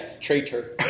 traitor